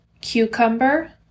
Cucumber